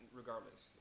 regardless